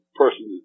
person